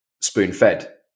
spoon-fed